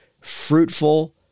fruitful